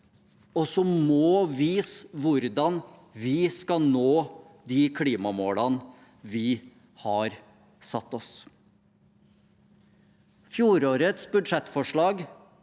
som må vise hvordan vi skal nå de klimamålene vi har satt oss. Fjorårets budsjettforslag